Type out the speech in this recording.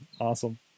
awesome